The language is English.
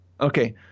Okay